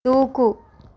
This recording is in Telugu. దూకు